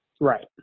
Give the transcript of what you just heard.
Right